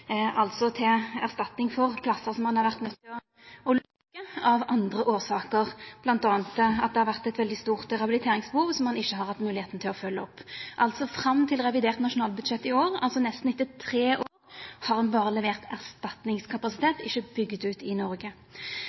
altså erstatning for plassar som ein har vore nøydt til å byggja av andre årsaker, bl.a. at det har vore eit veldig stort rehabiliteringsbehov som ein ikkje har hatt moglegheit til å følgja opp. Fram til revidert nasjonalbudsjett i år, altså etter nesten tre år, har ein berre levert erstatningskapasitet og ikkje bygd ut i Noreg.